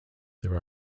there